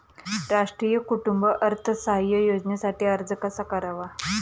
राष्ट्रीय कुटुंब अर्थसहाय्य योजनेसाठी अर्ज कसा करावा?